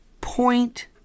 Point